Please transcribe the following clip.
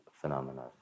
phenomena